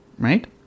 Right